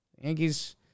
Yankees